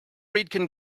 friedkin